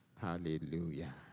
Hallelujah